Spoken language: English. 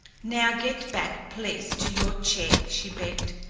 now get back, please, to your chair, she begged.